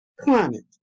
Climate